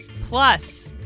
Plus